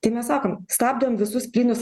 tai mes sakom stabdom visus plynus